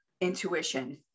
intuition